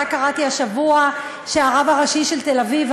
רק השבוע קראתי שהרב הראשי של תל-אביב,